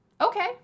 Okay